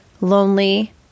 lonely